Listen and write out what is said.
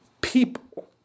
people